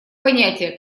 понятия